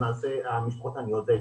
למעשה המשפחות העניות,